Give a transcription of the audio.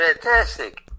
fantastic